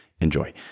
enjoy